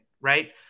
right